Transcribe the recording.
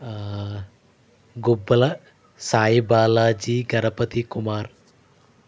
ఆ గుబ్బల సాయి బాలాజీ గణపతి కుమార్